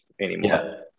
anymore